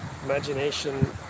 Imagination